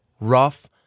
rough